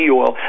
oil